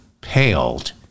paled